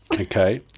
Okay